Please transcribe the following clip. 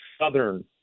southern